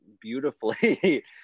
beautifully